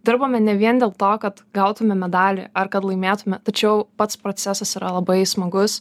dirbame ne vien dėl to kad gautume medalį ar kad laimėtume tačiau pats procesas yra labai smagus